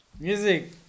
Music